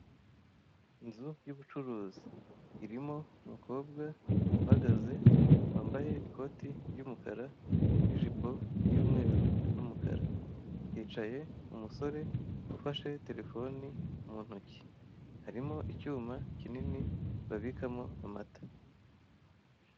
Inzu y'ubucuruzi irimo umukobwa uhagaze wambaye ikote ry'umukara n'ijipo y'umweru n'umukara hicaye umusore ufashe terefone mu ntoki harimo icyuma kinini babikamo amata.